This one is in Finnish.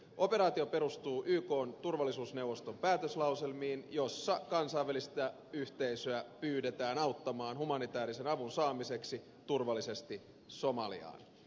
operaatio perustuu ykn turvallisuusneuvoston päätöslauselmiin joissa kansainvälistä yhteisöä pyydetään auttamaan humanitäärisen avun saamiseksi turvallisesti somaliaan